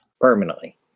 permanently